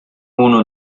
uno